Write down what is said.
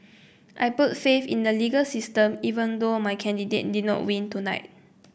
I put faith in the legal system even though my candidate did not win tonight